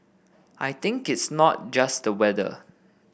I think it's not just the weather